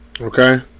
Okay